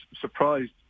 surprised